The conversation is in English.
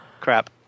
crap